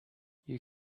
you